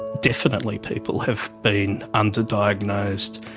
definitely people have been underdiagnosed,